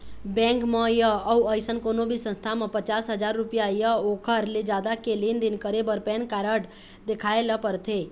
bank म य अउ अइसन कोनो भी संस्था म पचास हजाररूपिया य ओखर ले जादा के लेन देन करे बर पैन कारड देखाए ल परथे